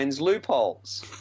loopholes